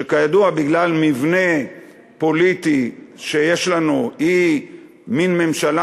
שכידוע בגלל מבנה פוליטי שיש לנו היא מין ממשלה